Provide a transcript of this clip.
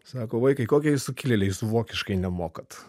sako vaikai kokie jūs sukileliai jūs vokiškai nemokat